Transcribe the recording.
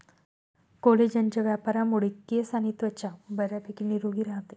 कोलेजनच्या वापरामुळे केस आणि त्वचा बऱ्यापैकी निरोगी राहते